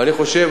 ואני חושב,